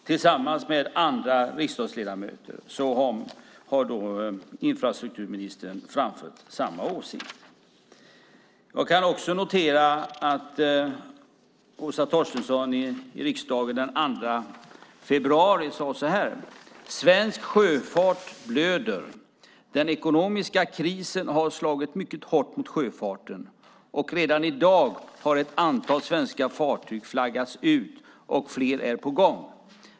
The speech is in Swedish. Tillsammans med andra riksdagsledamöter har infrastrukturministern framfört samma åsikt. Jag kan också notera att Åsa Torstensson i riksdagen den 2 februari sade så här: "Svensk sjöfart blöder. Den ekonomiska krisen har slagit mycket hårt mot sjöfarten, och redan i dag har ett antal svenska fartyg flaggats ut och fler är på gång.